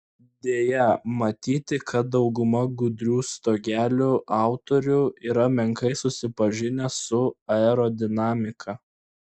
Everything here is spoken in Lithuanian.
deja matyti kad dauguma gudrių stogelių autorių yra menkai susipažinę su aerodinamika